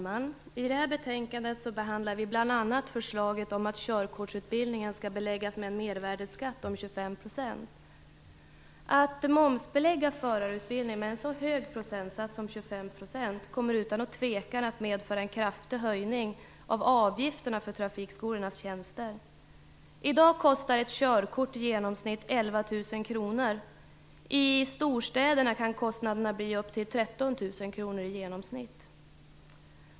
Fru talman! I detta betänkande behandlar vi bl.a. förslaget om att körkortsutbildningen skall beläggas med en mervärdesskatt på 25 %. Att momsbelägga förarutbildningen med en så hög procentsats som 25 % kommer utan tvekan att medföra en kraftig höjning av avgifterna för trafikskolornas tjänster. I dag kostar ett körkort i genomsnitt 11 000 kr. I storstäderna kan kostnaderna bli upp till 13 000 kr i genomsnitt.